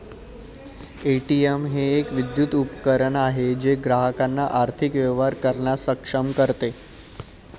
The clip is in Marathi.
ए.टी.एम हे एक विद्युत उपकरण आहे जे ग्राहकांना आर्थिक व्यवहार करण्यास सक्षम करते